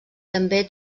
també